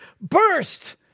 burst